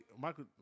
Michael